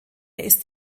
ist